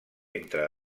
entre